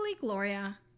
Gloria